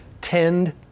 Tend